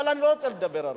אבל אני לא רוצה לדבר הרבה.